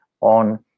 on